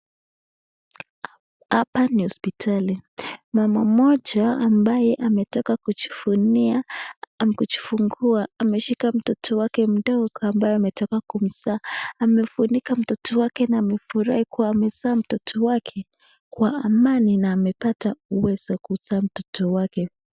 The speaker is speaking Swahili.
Hapa ni hospitali. Mama mmoja ambaye ametoka kujifungua amejifungua ameshika mtoto wake mdogo ambaye ametoka kumzaa. Amefunika mtoto wake na amefurahi kuwa amezaa mtoto wake kwa amani na amepata uwezo wa kuzaa mtoto wake.